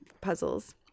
puzzles